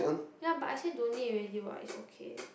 ya but I say don't need already [what] it's okay